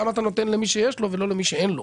למה אתה נותן למי שיש לו ולא למי שאין לו?